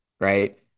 Right